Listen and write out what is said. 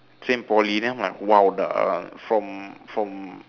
same poly then I'm like !wow! the from from